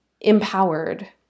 empowered